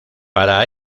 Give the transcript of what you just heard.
para